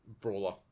brawler